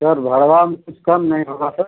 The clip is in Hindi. सर भाड़े में कुछ कम नहीं होगा सर